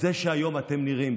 זה שהיום אתם נראים,